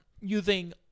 using